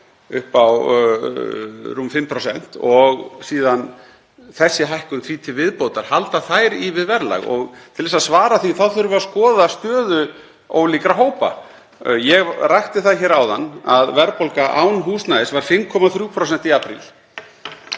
upp á rúm 5%, og síðan þessi hækkun því til viðbótar, í við verðlag? Til að svara því þurfum við að skoða stöðu ólíkra hópa. Ég rakti það hér áðan að verðbólga án húsnæðis var 5,3% í apríl